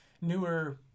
newer